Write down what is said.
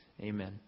Amen